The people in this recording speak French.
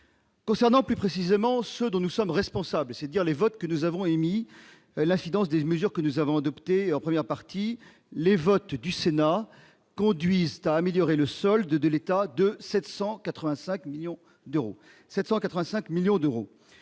Concernant plus précisément ce dont nous sommes responsables, c'est-à-dire l'incidence des mesures que nous avons adoptées en première partie, les votes du Sénat permettent d'améliorer le solde de l'État de 785 millions d'euros.